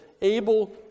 able